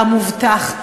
המובטח,